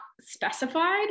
specified